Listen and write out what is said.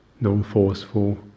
non-forceful